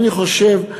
אני חושב,